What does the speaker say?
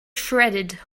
shredded